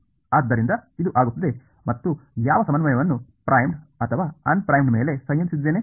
ಆದ್ದರಿಂದ ಇದು ಆಗುತ್ತದೆ ಮತ್ತು ನಾನು ಯಾವ ಸಮನ್ವಯವನ್ನು ಪ್ರೈಮ್ಡ್ ಅಥವಾ ಅನ್ ಪ್ರೈಮ್ಡ್ ಮೇಲೆ ಸಂಯೋಜಿಸುತ್ತಿದ್ದೇನೆ